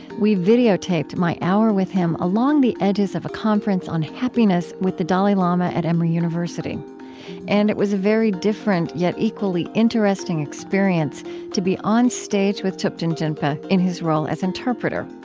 we videotaped my hour with him along the edges of a conference on happiness with the dalai lama at emory university and it was a very different, yet equally interesting experience to be on stage with thupten jinpa in his role as interpreter.